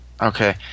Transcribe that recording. Okay